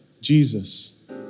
Jesus